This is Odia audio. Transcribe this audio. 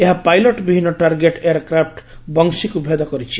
ଏହା ପାଇଲଟ୍ ବିହିନ ଟାର୍ଗେଟ୍ ଏୟାର୍ର୍କାଫ୍ଟ ବଂଶିକୁ ଭେଦ କରିଛି